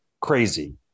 crazy